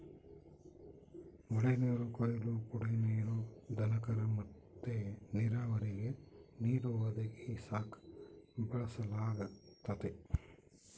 ಮಳೆನೀರು ಕೊಯ್ಲು ಕುಡೇ ನೀರು, ದನಕರ ಮತ್ತೆ ನೀರಾವರಿಗೆ ನೀರು ಒದಗಿಸಾಕ ಬಳಸಲಾಗತತೆ